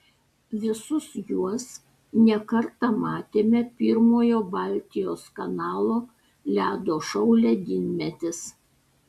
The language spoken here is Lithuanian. visus juos ne kartą matėme pirmojo baltijos kanalo ledo šou ledynmetis